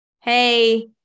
Hey